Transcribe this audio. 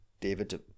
David